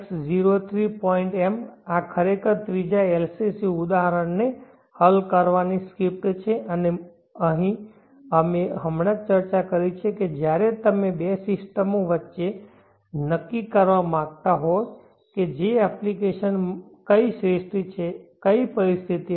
m આ ખરેખર ત્રીજા LCC ઉદાહરણને હલ કરવાની સ્ક્રિપ્ટ છે અને અહીં અમે હમણાં જ ચર્ચા કરી છે કે જ્યારે તમે બે સિસ્ટમો વચ્ચે નક્કી કરવા માંગતા હોવ કે જે એપ્લિકેશન માટે શ્રેષ્ઠ છે અને કઈ પરિસ્થિતિમાં